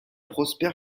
prosper